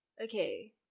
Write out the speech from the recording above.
Okay